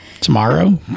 Tomorrow